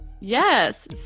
Yes